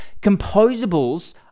Composables